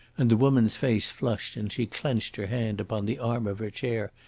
and the woman's face flushed and she clenched her hand upon the arm of her chair.